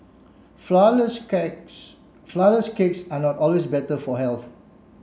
flour less cakes flour less cakes are not always better for health